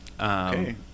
Okay